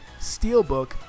steelbook